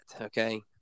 okay